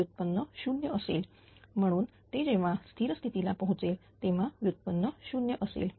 व्युत्पन्न 0 असेल म्हणून ते जेव्हा स्थिर स्थिती ला पोहोचेल तेव्हा व्युत्पन्न 0 असेल